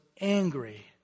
angry